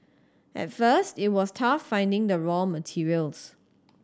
at first it was tough finding the raw materials